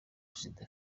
perezida